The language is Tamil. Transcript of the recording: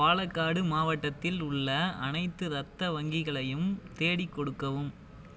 பாலக்காடு மாவட்டத்தில் உள்ள அனைத்து ரத்த வங்கிகளையும் தேடிக் கொடுக்கவும்